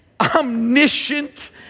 omniscient